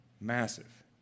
massive